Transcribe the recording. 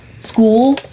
School